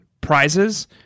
prizes